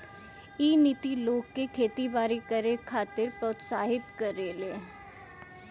इ नीति लोग के खेती बारी करे खातिर प्रोत्साहित करेले